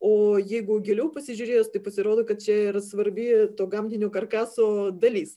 o jeigu giliau pasižiūrėjus tai pasirodo kad čia yra svarbi to gamtinio karkaso dalis